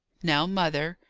now, mother,